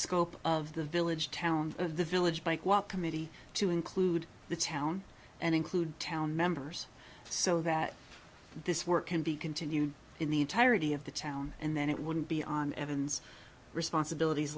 scope of the village town of the village bike walk committee to include the town and include town members so that this work can be continued in the entirety of the town and then it wouldn't be on evan's responsibilities